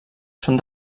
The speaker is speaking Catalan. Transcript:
són